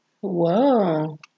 whoa